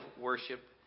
worship